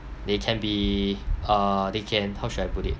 they can be uh they can how should I put it